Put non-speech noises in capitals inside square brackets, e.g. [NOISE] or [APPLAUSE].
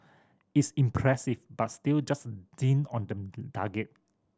it's impressive but still just a dint on the [UNINTELLIGIBLE] target